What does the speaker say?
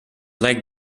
lag